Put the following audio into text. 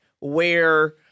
where-